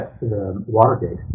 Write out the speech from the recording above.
Watergate